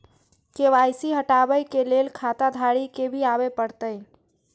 KYC हटाबै के लैल खाता धारी के भी आबे परतै?